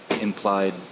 implied